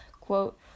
quote